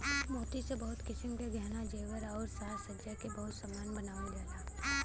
मोती से बहुत किसिम क गहना जेवर आउर साज सज्जा के बहुत सामान बनावल जाला